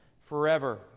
forever